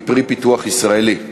היא פרי פיתוח ישראלי.